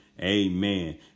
amen